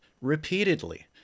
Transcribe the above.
repeatedly